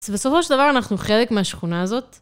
אז בסופו של דבר, אנחנו חלק מהשכונה הזאת.